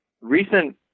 recent